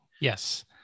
Yes